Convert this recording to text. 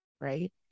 right